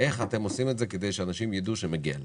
איך אתם עושים את זה כדי שאנשים ידעו שמגיע להם.